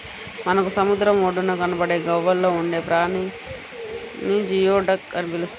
మనకు సముద్రం ఒడ్డున కనబడే గవ్వల్లో ఉండే ప్రాణిని జియోడక్ అని పిలుస్తారట